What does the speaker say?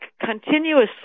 continuously